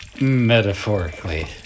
metaphorically